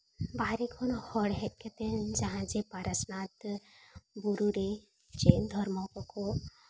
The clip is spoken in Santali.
ᱵᱟᱦᱨᱮ ᱠᱷᱚᱱ ᱦᱚᱲ ᱦᱮᱡᱽ ᱠᱟᱛᱮᱫ ᱡᱟᱦᱟᱸᱭ ᱡᱮ ᱯᱚᱨᱮᱥᱱᱟᱛᱷ ᱵᱩᱨᱩ ᱨᱮ ᱪᱮᱫ ᱫᱷᱚᱨᱢᱚ ᱠᱚᱠᱚ